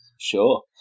Sure